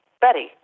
Betty